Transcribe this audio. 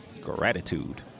gratitude